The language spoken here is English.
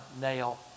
nail